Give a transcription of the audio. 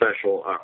special